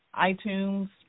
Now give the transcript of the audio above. iTunes